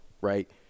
right